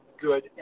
good